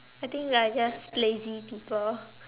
I think we are just lazy people